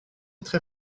très